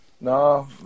No